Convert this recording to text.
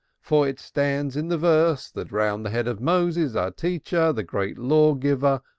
for it stands in the verse, that round the head of moses, our teacher, the great law-giver,